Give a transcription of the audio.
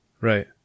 right